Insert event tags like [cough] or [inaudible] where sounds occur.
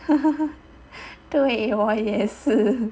[laughs] 对我也是